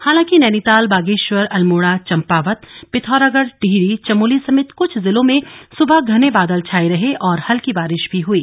हालांकि नैनीताल बागेश्वर अल्मोड़ा चंपावत पिथौरागढ़ टिहरी चमोली समेत कुछ जिलों में सुबह घने बादल छाये रहे और हल्की बारिश भी हुई